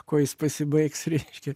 kuo jis pasibaigs reiškia